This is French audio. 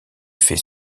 fais